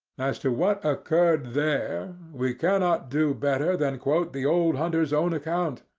as to what occurred there, we cannot do better than quote the old hunter's own account,